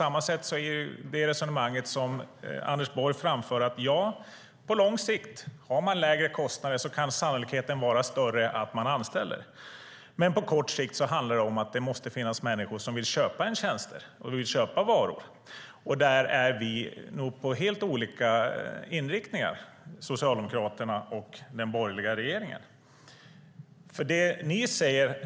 Anders Borg menar att på lång sikt är sannolikheten större att man anställer om man har lägre kostnader. På kort sikt handlar det dock om att det måste finnas människor som vill köpa ens varor och tjänster. Här har Socialdemokraterna och den borgerliga regeringen helt olika inriktning.